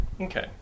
Okay